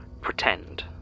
pretend